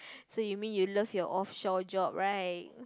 so you mean you love your off shore job right